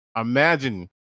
imagine